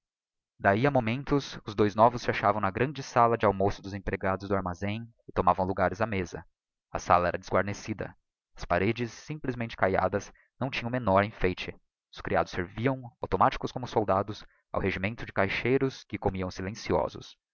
d'ahi a momentos os dois n'vos se achavam na grande sala de almoço dos empregados do armazém e tomavam logares á mesa a sala era desguarnecida as paredes simplesmente caiadas não tinham o menor enfeite os creados serviam automáticos como soldados ao regimento de caixeiros que comiam silenciosos